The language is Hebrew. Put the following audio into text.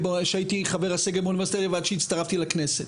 כשהייתי חבר הסגל באוניברסיטה ועד שהצטרפתי לכנסת.